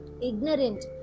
ignorant